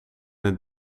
het